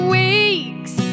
weeks